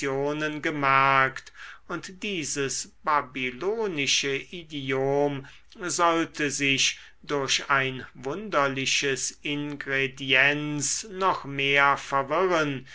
gemerkt und dieses babylonische idiom sollte sich durch ein wunderliches ingrediens noch mehr verwirren